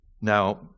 Now